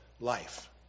life